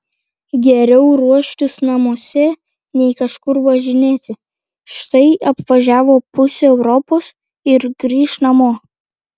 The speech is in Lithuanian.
geriau ruoštis namuose nei kažkur važinėti štai apvažiavo pusę europos ir grįš namo